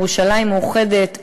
ירושלים מאוחדת,